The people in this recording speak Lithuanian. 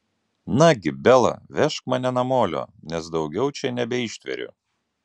nagi bela vežk mane namolio nes daugiau čia nebeištveriu